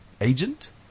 agent